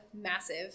massive